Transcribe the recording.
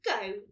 go